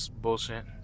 bullshit